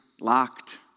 locked